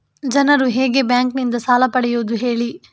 ಜನರು ಹೇಗೆ ಬ್ಯಾಂಕ್ ನಿಂದ ಸಾಲ ಪಡೆಯೋದು ಹೇಳಿ